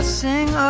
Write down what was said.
sing